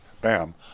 bam